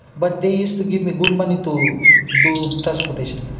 but they use to give me good money to do transportation.